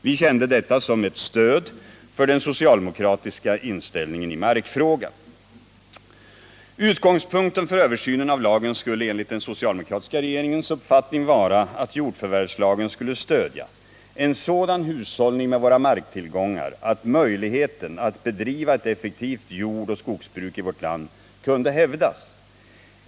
Vi kände detta som ett stöd för den socialdemokratiska inställningen i markfrågan. Utgångspunkten för översynen av lagen skulle enligt den socialdemokratiska regeringens uppfattning vara att jordförvärvslagen skulle stödja en sådan hushållning med våra marktillgångar att möjligheten att bedriva ett effektivt jordoch skogsbruk i vårt land kunde hävdas.